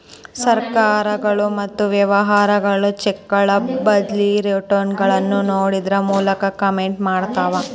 ಸರ್ಕಾರಗಳು ಮತ್ತ ವ್ಯವಹಾರಗಳು ಚೆಕ್ಗಳ ಬದ್ಲಿ ವಾರೆಂಟ್ಗಳನ್ನ ನೇಡೋದ್ರ ಮೂಲಕ ಪೇಮೆಂಟ್ ಮಾಡ್ತವಾ